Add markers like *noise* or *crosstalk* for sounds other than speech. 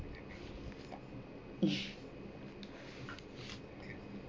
*laughs*